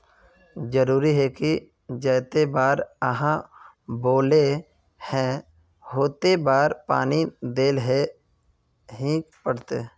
जरूरी है की जयते बार आहाँ बोले है होते बार पानी देल ही पड़ते?